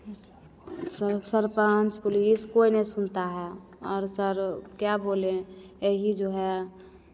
सब सरपंच पुलिस कोई नहीं सुनता है और सर क्या बोलें यही जो है